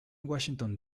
washington